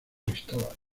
cristóbal